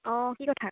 অঁ কি কথা